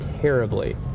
terribly